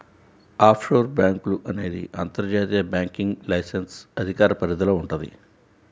offshore బ్యేంకులు అనేది అంతర్జాతీయ బ్యాంకింగ్ లైసెన్స్ అధికార పరిధిలో వుంటది